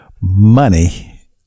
money